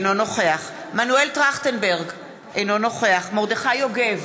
אינו נוכח מנואל טרכטנברג, אינו נוכח מרדכי יוגב,